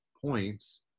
points